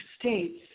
states